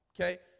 Okay